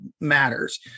matters